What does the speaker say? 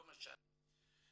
לא משנה,